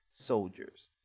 soldiers